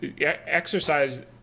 exercise